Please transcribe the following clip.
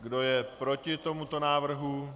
Kdo je proti tomuto návrhu?